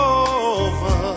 over